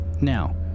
Now